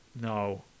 no